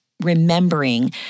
remembering